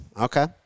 Okay